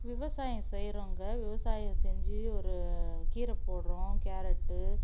விவசாயம் செய்கிறோங்க விவசாயம் செஞ்சு ஒரு கீரை போடுகிறோம் கேரட்டு